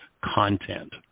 content